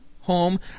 home